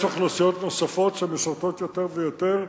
יש אוכלוסיות נוספות שמשרתות יותר ויותר,